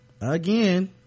again